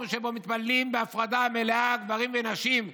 שבו מתפללים בהפרדה מלאה גברים ונשים.